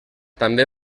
també